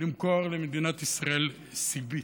למכור למדינת ישראל סיבית.